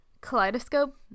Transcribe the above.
kaleidoscope